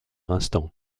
instant